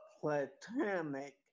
platonic